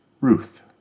Ruth